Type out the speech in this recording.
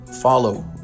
Follow